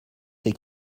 ces